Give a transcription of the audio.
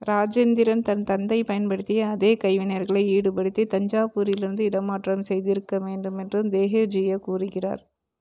இராஜேந்திரன் தன் தந்தை பயன்படுத்திய அதே கைவினைஞர்களை ஈடுபடுத்தி தஞ்சாவூரிலிருந்து இடமாற்றம் செய்திருக்க வேண்டும் என்று தேஹேஜியா கூறுகிறார்